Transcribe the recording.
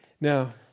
Now